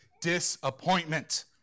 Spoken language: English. disappointment